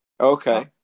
okay